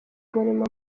umurimo